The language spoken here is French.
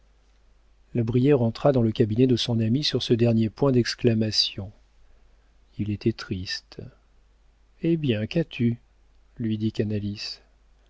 la brière entra dans le cabinet de son ami sur ce dernier point d'exclamation il était triste eh bien qu'as-tu lui dit